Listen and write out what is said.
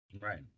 right